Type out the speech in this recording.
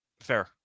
Fair